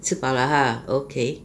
吃饱了 !huh! okay